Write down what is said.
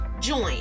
join